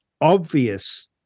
obvious